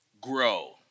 grow